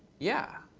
yeah,